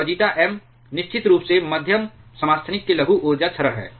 और zeta M निश्चित रूप से मध्यम समस्थानिक के लघु ऊर्जा क्षरण है